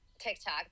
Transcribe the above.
tiktok